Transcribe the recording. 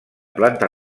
planta